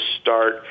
start